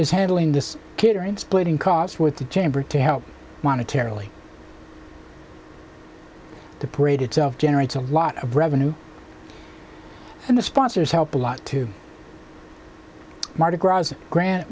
is handling this kid and splitting costs with the chamber to help monetary only the parade itself generates a lot of revenue and the sponsors help a lot to mardi gras gran